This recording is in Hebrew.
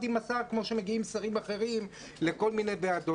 עם השר כמו שמגיעים שרים אחרים לכל מיני ועדות,